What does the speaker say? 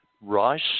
rice